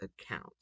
account